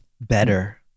better